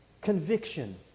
Conviction